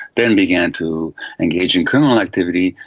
then began to engage in criminal activity,